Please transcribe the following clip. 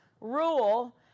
rule